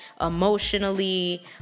Emotionally